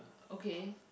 okay